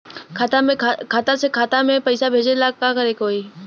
खाता से खाता मे पैसा भेजे ला का करे के होई?